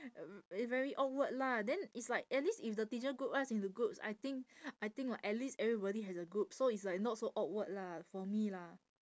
uh i~ very awkward lah then it's like at least if the teacher group us into groups I think I think uh at least everybody has a group so it's like not so awkward lah for me lah